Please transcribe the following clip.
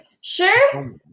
Sure